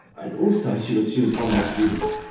and also, she was she was one of my students